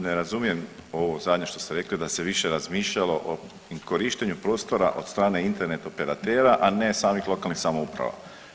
Ne razumijem ovo zadnje što ste rekli da se više razmišljalo o korištenju prostora od strane internet operatera, a ne samih lokalnih samouprava.